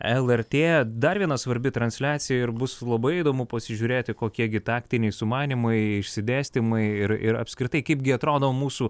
lrt dar viena svarbi transliacija ir bus labai įdomu pasižiūrėti kokie gi taktiniai sumanymai išsidėstymai ir ir apskritai kaipgi atrodo mūsų